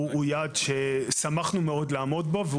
הוא יעד ששמחנו מאוד לעמוד בו,